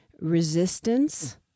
resistance